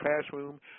classroom